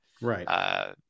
Right